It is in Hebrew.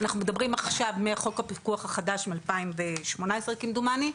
אנחנו מדברים עכשיו מחוק הפיקוח החדש מ-2018 כמדומני,